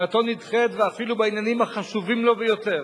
דעתו נדחית, ואפילו בעניינים החשובים לו ביותר,